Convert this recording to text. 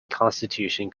constitution